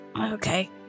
Okay